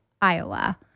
Iowa